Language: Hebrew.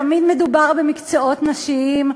תמיד מדובר במקצועות נשיים,